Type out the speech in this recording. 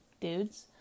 dudes